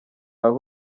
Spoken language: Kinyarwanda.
aho